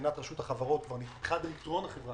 מבחינת רשות החברות, מבחינת דירקטוריון החברה